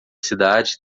cidade